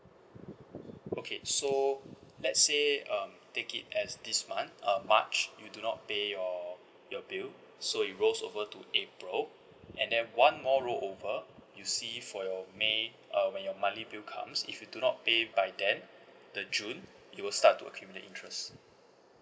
okay so let's say um take it as this month uh march you do not pay your your bill so it rolls over to april and then one more rollover you see for your may uh when your monthly bill comes if you do not pay by then the june it will start to accumulate interest